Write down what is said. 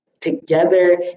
together